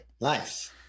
Nice